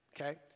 okay